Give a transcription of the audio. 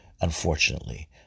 unfortunately